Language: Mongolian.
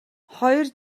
хоёр